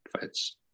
fights